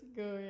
go